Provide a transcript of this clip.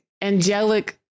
Angelic